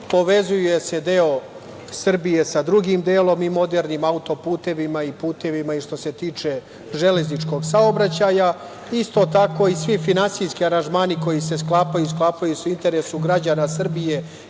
povezuje se deo Srbije sa drugim delom, modernim auto-putevima i putevima što se tiče železničkog saobraćaja. Isto tako, svi finansijski aranžmani koji se sklapaju, sklapaju se u interesu građana Srbije